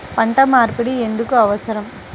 పంట మార్పిడి ఎందుకు అవసరం?